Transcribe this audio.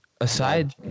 Aside